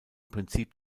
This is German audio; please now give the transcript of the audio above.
prinzip